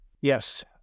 Yes